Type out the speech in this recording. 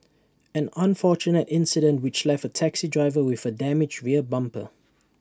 an unfortunate incident which left A taxi driver with A damaged rear bumper